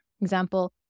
Example